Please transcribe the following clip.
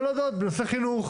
לא להודעות בנושא חינוך,